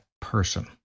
person